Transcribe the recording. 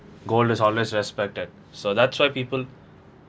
gold is always respected so that's why people